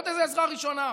עוד איזו עזרה ראשונה.